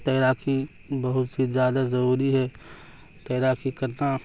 تیراکی بہت ہی زیادہ ضروری ہے تیراکی کرنا